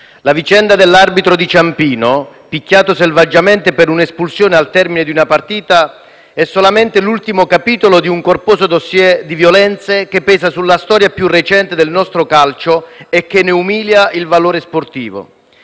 la vicenda dell'arbitro di Ciampino picchiato selvaggiamente per un'espulsione al termine di una partita è solamente l'ultimo capitolo di un corposo *dossier* di violenze che pesa sulla storia più recente del nostro calcio e che ne umilia il valore sportivo.